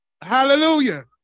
Hallelujah